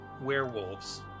werewolves